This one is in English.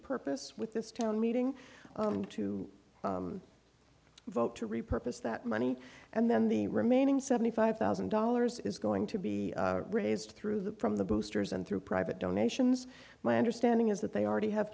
purpose with this town meeting to vote to repurpose that money and then the remaining seventy five thousand dollars is going to be raised through the prom the boosters and through private donations my understanding is that they already have